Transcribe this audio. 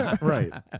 Right